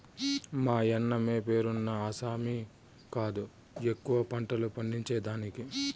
మాయన్నమే పేరున్న ఆసామి కాదు ఎక్కువ పంటలు పండించేదానికి